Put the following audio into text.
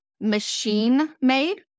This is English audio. machine-made